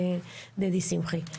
דדי שמחי.